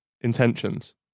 intentions